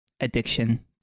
addiction